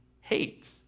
hate